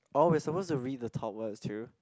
orh we supposed to read the top words too